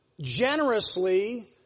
generously